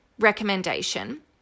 recommendation